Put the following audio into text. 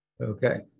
Okay